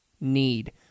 need